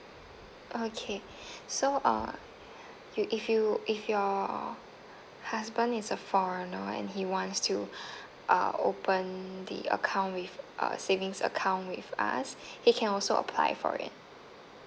okay so uh you if you if your husband is a foreigner and he wants to uh open the account with uh savings account with us he can also apply for it